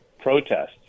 protests